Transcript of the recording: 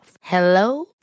Hello